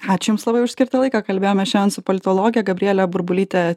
ačiū jums labai už skirtą laiką kalbėjome šiandien su politologe gabriele burbulyte